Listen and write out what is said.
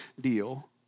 deal